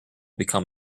become